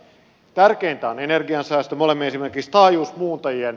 tärkeintä on energiansäästö